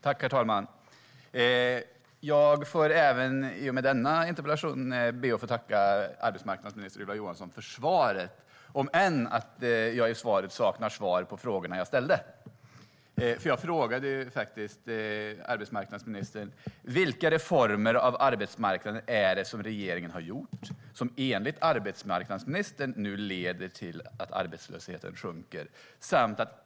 Herr talman! Jag får även i och med denna interpellation be att få tacka arbetsmarknadsminister Ylva Johansson för svaret, även om jag saknar svar på de frågor jag ställde. Jag ställde följande två frågor till arbetsmarknadsministern: Vilka reformer av arbetsmarknaden är det som regeringen har gjort och som enligt arbetsmarknadsministern nu leder till att arbetslösheten sjunker?